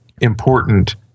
important